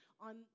on